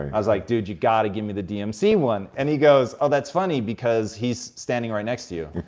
i was like, dude, you gotta give me the dmc one. and he goes, oh, that's funny, because he's standing right next to you.